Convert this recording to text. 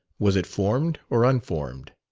was it formed or unformed?